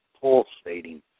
pulsating